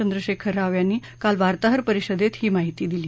चंद्रशेखर राव यांनी काल वार्ताहर परिषदेत ही माहिती दिली